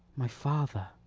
my father,